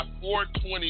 420